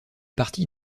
partie